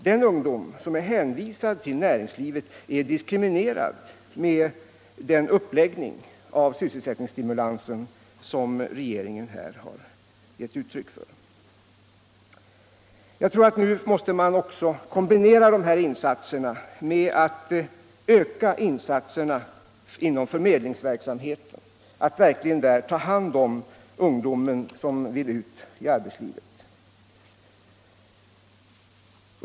Den ungdom som är hänvisad till näringslivet är diskriminerad med den uppläggning av sysselsättningsstimulansen som regeringen här har gett uttryck för. Nu måste man kombinera dessa insatser med att öka insatserna inom arbetsförmedlingsverksamheten så att man där verkligen tar hand om den ungdom som vill ut i arbetslivet.